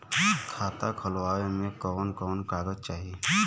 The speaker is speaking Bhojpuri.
खाता खोलवावे में कवन कवन कागज चाही?